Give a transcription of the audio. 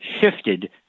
shifted